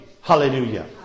Hallelujah